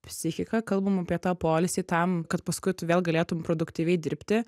psichika kalbam apie tą poilsį tam kad paskui tu vėl galėtum produktyviai dirbti